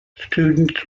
students